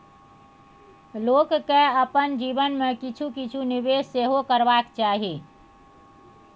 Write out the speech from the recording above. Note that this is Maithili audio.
लोककेँ अपन जीवन मे किछु किछु निवेश सेहो करबाक चाही